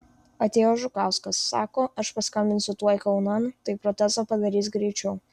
atėjo žukauskas sako aš paskambinsiu tuoj kaunan tai protezą padarys greičiau